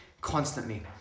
constantly